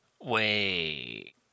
Wait